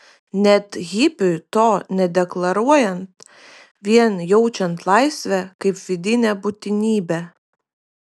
net hipiui to nedeklaruojant vien jaučiant laisvę kaip vidinę būtinybę